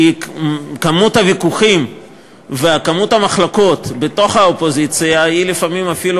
כי כמות הוויכוחים והמחלוקות בתוך האופוזיציה לפעמים אפילו